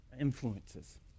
influences